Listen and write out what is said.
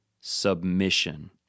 submission